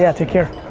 yeah take care.